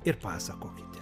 ir pasakokite